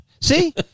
See